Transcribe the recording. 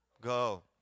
Go